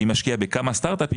ואם נשקיע בכמה סטארט אפים,